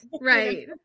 Right